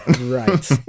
Right